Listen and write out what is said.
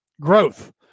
growth